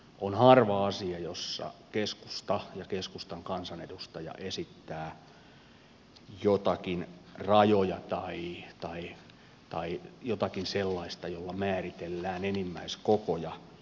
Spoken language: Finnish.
on harva asia jossa keskusta ja keskustan kansanedustaja esittää joitakin rajoja tai jotakin sellaista jolla määritellään enimmäiskokoja